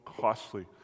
costly